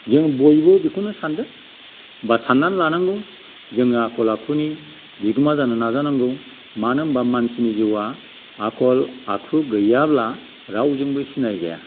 जों बयबो बेखौनो सानदो बा साननानै लानांगौ जों आखल आखुनि बिगोमा जानो नाजानांगौ मानो होनबा मानसिनि जिउआ आखल आखु गैयाब्ला रावजोंबो सिनायजाया